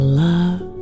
love